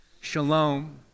Shalom